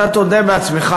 ואתה תודה בעצמך,